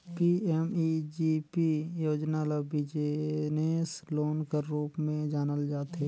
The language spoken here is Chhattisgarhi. पीएमईजीपी योजना ल बिजनेस लोन कर रूप में जानल जाथे